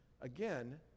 Again